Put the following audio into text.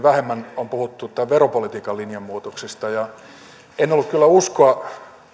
vähemmän on puhuttu veropolitiikan linjanmuutoksista en ollut kyllä uskoa